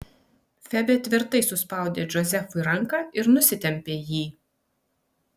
febė tvirtai suspaudė džozefui ranką ir nusitempė jį